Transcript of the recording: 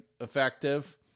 effective